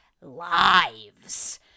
lives